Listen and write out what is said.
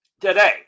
today